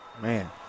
Man